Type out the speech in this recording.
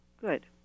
Good